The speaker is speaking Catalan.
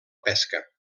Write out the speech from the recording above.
pesca